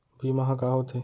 बीमा ह का होथे?